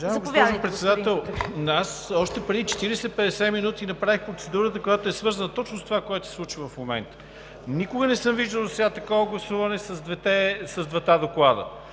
Уважаема госпожо Председател, аз още преди 40 – 50 минути направих процедурата, която е свързана точно с това, което се случва в момента. Никога не съм виждал досега такова гласуване с двата доклада.